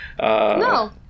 No